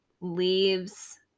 leaves